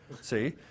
See